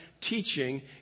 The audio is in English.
teaching